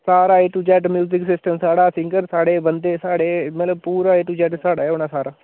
सारा A to Z music system साढ़ा singer साढ़े बंदे साढ़े मतलब पूरा ए टू जैड्ड साढ़ा गै होना सारा